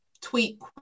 Tweet